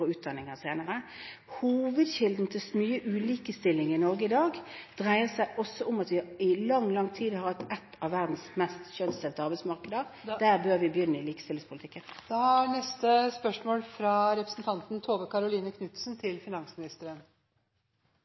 og utdanninger senere. Hovedkilden til mye «ulikestilling» i Norge i dag dreier seg også om at vi i lang, lang tid har hatt et av verdens mest kjønnsdelte arbeidsmarkeder. Der bør vi begynne likestillingspolitikken.